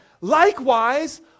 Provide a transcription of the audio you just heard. Likewise